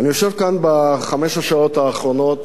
בחמש השעות האחרונות